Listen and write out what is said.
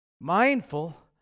Mindful